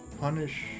punish